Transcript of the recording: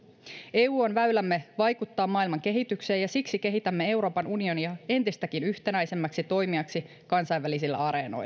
eu on väylämme vaikuttaa maailman kehitykseen ja siksi kehitämme euroopan unionia entistäkin yhtenäisemmäksi toimijaksi kansainvälisillä areenoilla